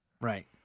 Right